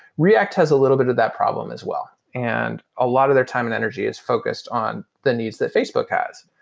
react has a little bit of that problem as well. and a lot of their time and energy is focused on the needs that facebook has,